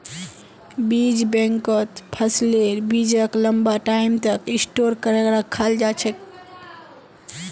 बीज बैंकत फसलेर बीजक लंबा टाइम तक स्टोर करे रखाल जा छेक